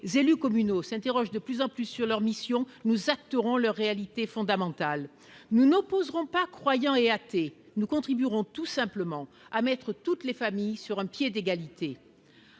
élus communaux s'interroge de plus en plus sur leur mission, nous adapterons leur réalité fondamentale nous nous opposerons pas croyants et athées, nous contribuerons tout simplement à mettre toutes les familles sur un pied d'égalité.